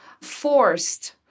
forced